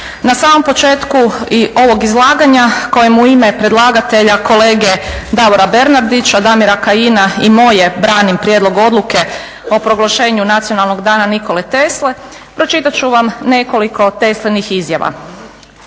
Na samom početku i ovog izlaganja koje u ime predlagatelja kolege Davora Bernardića, Damira Kajina i moje branim Prijedlog odluke o proglašenju Nacionalnog dana Nikole Tesle, pročitat ću vam nekoliko Teslinih izjava.